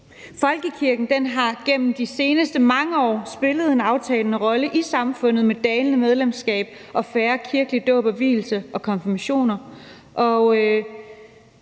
Folkekirken har gennem de seneste mange år spillet en aftagende rolle i samfundet med dalende medlemstal og færre kirkelige dåb, vielser og konfirmationer,